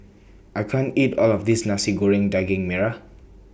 I can't eat All of This Nasi Goreng Daging Merah